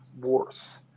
worse